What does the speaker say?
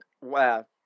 Wow